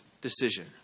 decision